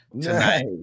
tonight